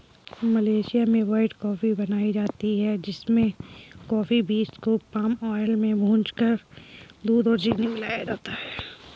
Malaysia में white coffee बनाई जाती है जिसमें कॉफी बींस को पाम आयल में भूनकर दूध और चीनी मिलाया जाता है